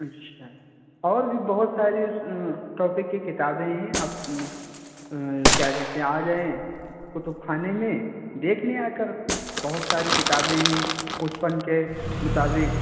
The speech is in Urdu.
اچھا اور بھی بہت ساری اس ٹاپک کی کتابیں ہیں آپ کیا کہتے ہیں آ جائیں کتب خانے میں دیکھ لیں آ کر بہت ساری کتابیں ہیں اس فن کے مطابق